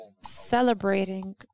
celebrating